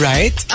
Right